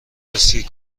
اسکی